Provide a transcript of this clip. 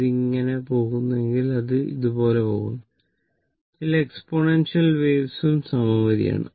ഇത് ഇങ്ങനെ പോകുന്നുവെങ്കിൽ അത് ഇതുപോലെ പോകുന്നു ചില എക്സ്പോണൻഷ്യൽ വേവ്സും സമമിതിയാണ്